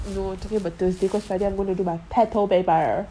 no talking about thursday because friday I going to do my petal paper